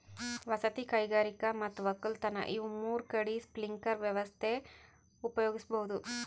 ವಸತಿ ಕೈಗಾರಿಕಾ ಮತ್ ವಕ್ಕಲತನ್ ಇವ್ ಮೂರ್ ಕಡಿ ಸ್ಪ್ರಿಂಕ್ಲರ್ ವ್ಯವಸ್ಥೆ ಉಪಯೋಗಿಸ್ಬಹುದ್